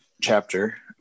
chapter